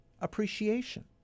appreciation